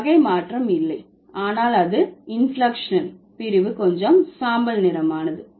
வகை மாற்றம் இல்லை ஆனால் அது இன்பிளெக்க்ஷனல் பிரிவு கொஞ்சம் சாம்பல் நிறமானது